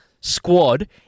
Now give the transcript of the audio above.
squad